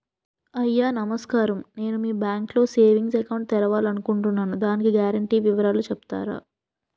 అయ్యా నమస్కారం నేను మీ బ్యాంక్ లో సేవింగ్స్ అకౌంట్ తెరవాలి అనుకుంటున్నాను దాని గ్యారంటీ వివరాలు చెప్తారా?